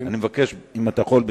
מבקש, אם אתה יכול,